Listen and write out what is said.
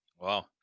Wow